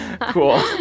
Cool